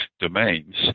domains